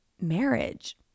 marriage